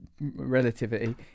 relativity